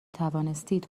توانستید